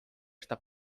esta